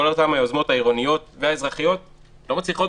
כל אותן יוזמות עירוניות ואזרחיות לא מצליחות